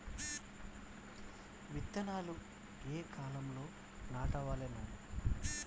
ఏ విత్తనాలు ఏ కాలాలలో నాటవలెను?